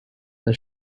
the